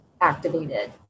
activated